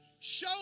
Show